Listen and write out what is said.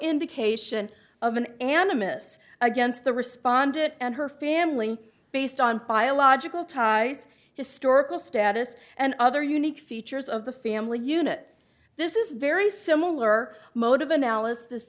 indication of an animus against the responded and her family based on biological ties historical status and other unique features of the family unit this is very similar motive analysis